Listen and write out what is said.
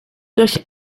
durch